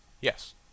Yes